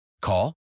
Call